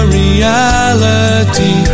reality